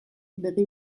begi